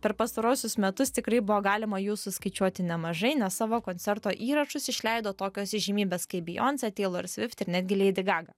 per pastaruosius metus tikrai buvo galima jų suskaičiuoti nemažai nes savo koncerto įrašus išleido tokios įžymybės kaip beyonce taylor swift ir netgi lady gaga